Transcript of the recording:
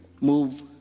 move